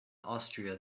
austria